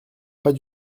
pas